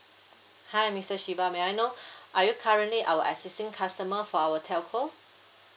hi mister shiba may I know are you currently our existing customer for our telco